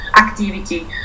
activity